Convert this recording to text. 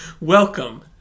Welcome